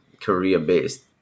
Korea-based